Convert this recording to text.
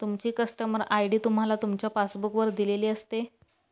तुमची customer ID तुम्हाला तुमच्या पासबुक वर दिलेली असते